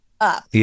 up